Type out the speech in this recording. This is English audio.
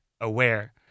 AWARE